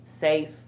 safe